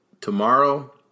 tomorrow